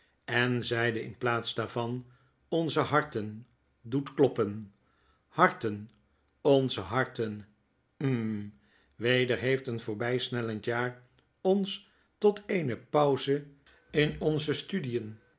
en zeide in plaats daarvan onze harten doet kloppen harten onze harten hml weder heeft een voorbpnellend jaar ons tot eene pauze in onze studien